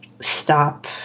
stop